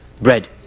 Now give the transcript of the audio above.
bread